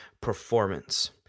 performance